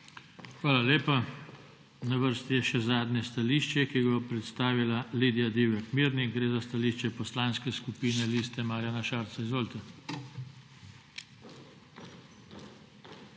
Hvala lepa. Na vrsti je še zadnje stališče, ki ga bo predstavila Lidija Divjak Mirnik. Gre za stališče Poslanske skupine Liste Marjana Šarca. Izvolite.